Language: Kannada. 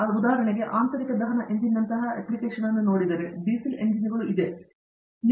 ಆದ್ದರಿಂದ ಉದಾಹರಣೆಗೆ ಆಂತರಿಕ ದಹನ ಎಂಜಿನ್ನಂತಹ ಅಪ್ಲಿಕೇಶನ್ ಅನ್ನು ನೋಡಿದರೆ ಡೀಸಲ್ ಇಂಜಿನ್ಗಳು ಹೇಳುತ್ತವೆ